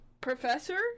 professor